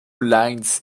lines